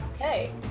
Okay